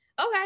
Okay